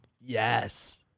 Yes